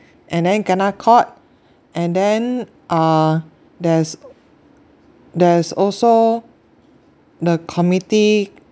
and then kena caught and then uh there's there's also the community